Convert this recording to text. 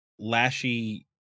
lashy